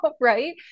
Right